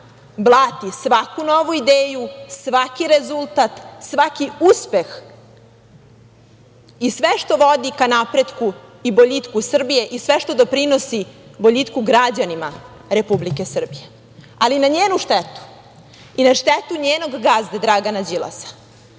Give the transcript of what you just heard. blati svaku novu ideju, svaki rezultat, svaki uspeh i sve što vodi ka napretku i boljitku Srbije, i sve što doprinosi boljitku građanima Republike Srbije. Ali, na njenu štetu, i na štetu njenog gazde Dragana Đilasa,